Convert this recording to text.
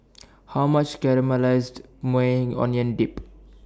How much Caramelized Maui Onion Dip